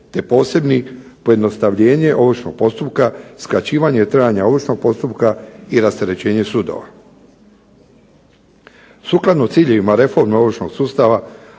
te posebni – pojednostavljenje ovršnog postupka, skraćivanje trajanje ovršnog postupka i rasterećenje sudova. Sukladno ciljevima reforme ovršnog sustava,